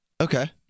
Okay